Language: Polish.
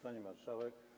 Pani Marszałek!